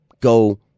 go